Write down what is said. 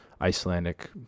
Icelandic